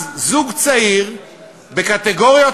אז, חבר הכנסת